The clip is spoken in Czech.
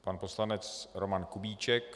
Pan poslanec Roman Kubíček.